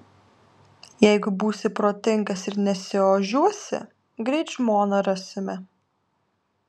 jeigu būsi protingas ir nesiožiuosi greit žmoną rasime